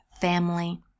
family